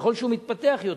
ככל שהוא מתפתח יותר,